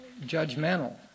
judgmental